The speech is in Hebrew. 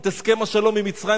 את הסכם השלום עם מצרים,